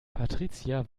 patricia